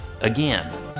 again